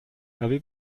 avez